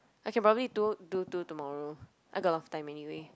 I can probably do do two tomorrow I got a lot of time anyway